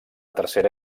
tercera